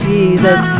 Jesus